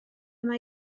mae